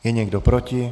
Je někdo proti?